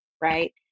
right